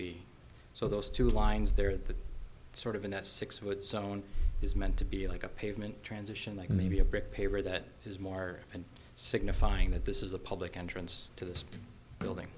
be so those two lines there that sort of in that six what someone is meant to be like a pavement transition like maybe a brick paver that is more and signifying that this is a public entrance to this building